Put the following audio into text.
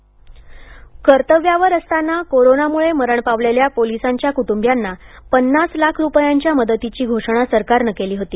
अहमदनगर कर्तव्यावर असताना कोरोनामुळे मरण पावलेल्या पोलिसांच्या क्टंबियांना पन्नास लाख रुपयांच्या मदतीची घोषणा सरकारनं केली होती